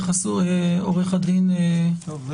עורך הדין רויטמן, בבקשה.